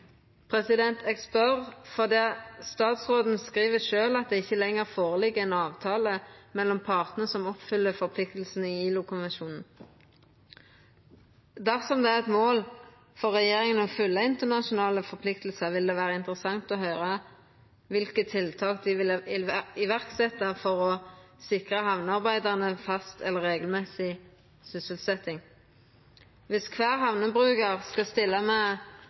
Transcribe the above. Eg spør fordi statsråden skriv sjølv at det ikkje lenger ligg føre ein avtale mellom partane som oppfyller forpliktingane i ILO-konvensjonen. Dersom det er eit mål for regjeringa å følgje internasjonale forpliktingar, vil det vera interessant å høyra kva for tiltak dei vil setja i verk for å sikra hamnearbeidarane fast eller regelmessig sysselsetjing. Viss kvar hamnebrukar skal stilla med